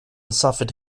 suffered